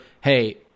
hey